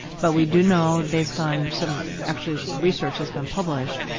but we do know based on some, actually research has been published,